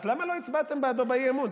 אז למה לא הצבעתם בעדו באי-אמון,